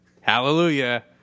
hallelujah